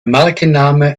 markenname